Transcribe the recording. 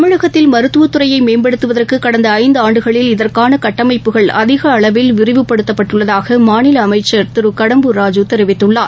தமிழகத்தில் மருத்துவத்துறையைமேம்படுத்துவதற்குகடந்தஐந்தாண்டுகளில் இதற்கானகட்டமைப்புகள் அதிகஅளவில் விரிவுப்படுத்தப்பட்டுள்ளதாகமாநிலஅமைச்சர் திருகடம்பூர் ராஜூ தெரிவித்துள்ளார்